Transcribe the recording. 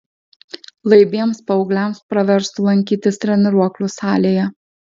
laibiems paaugliams praverstų lankytis treniruoklių salėje